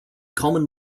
common